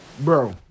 Bro